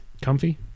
comfy